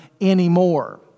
anymore